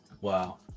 wow